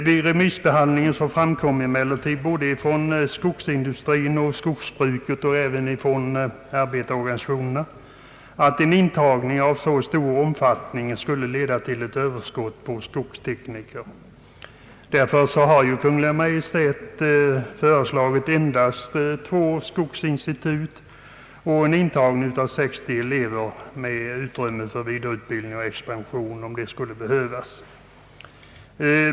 Vid remissbehandlingen framkom emellertid både från skogsindustrins och skogsbrukets sida och från arbetarorganisationernas sida att en intagning av så stor omfattning skulle leda till ett överskott på skogstekniker. Därför har Kungl. Maj:t föreslagit endast två skogsinstitut och en intagning av 60 elever med utrymme för vidareutbildning och en expansion om det skulle behövas.